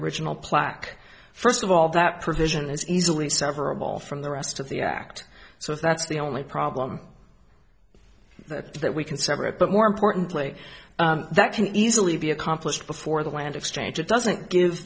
original plaque first of all that provision is easily sever a ball from the rest of the act so if that's the only problem that we can separate but more importantly that can easily be accomplished before the land exchange it doesn't give